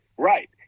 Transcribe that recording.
Right